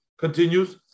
Continues